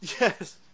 Yes